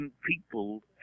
people